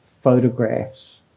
photographs